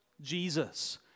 Jesus